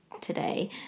today